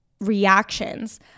reactions